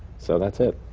so, that's it.